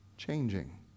changing